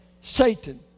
Satan